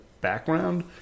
background